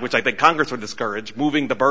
which i think congress would discourage moving the burd